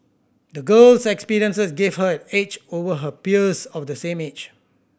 the girl's experiences gave her an edge over her peers of the same age